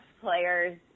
players